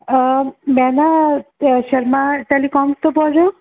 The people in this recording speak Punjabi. ਮੈਂ ਨਾ ਸ਼ਰਮਾ ਟੈਲੀਕੋਮ ਤੋਂ ਬੋਲ ਰਹੇ ਹੋ